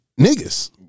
niggas